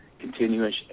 continuous